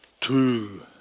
two